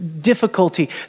difficulty